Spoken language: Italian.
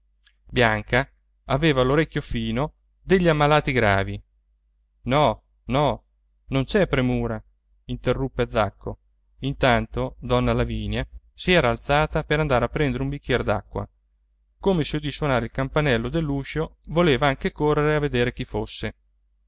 bianca aveva l'orecchio fino degli ammalati gravi no no non c'è premura interruppe zacco intanto donna lavinia si era alzata per andare a prendere un bicchier d'acqua come si udì suonare il campanello dell'uscio voleva anche correre a vedere chi fosse